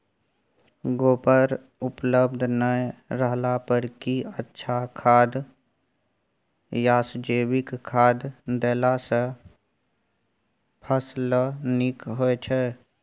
गोबर उपलब्ध नय रहला पर की अच्छा खाद याषजैविक खाद देला सॅ फस ल नीक होय छै?